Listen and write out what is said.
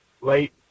late